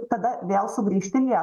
tada vėl sugrįžt į lie